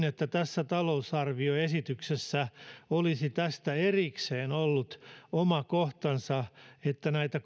että tässä talousarvioesityksessä olisi tästä erikseen ollut oma kohtansa että näitä